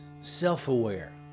self-aware